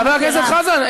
חבר הכנסת חזן,